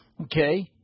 Okay